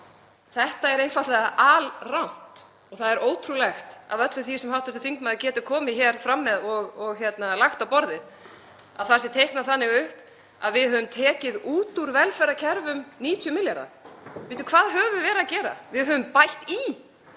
Þetta er einfaldlega alrangt og það er ótrúlegt af öllu því sem hv. þingmaður getur komið hér fram með og lagt á borð, að það sé teiknað þannig upp að við hefðum tekið út úr velferðarkerfum 90 milljarða. Bíddu, hvað höfum við verið að gera? Við höfum bætt í